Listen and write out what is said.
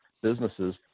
Businesses